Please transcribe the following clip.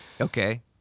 Okay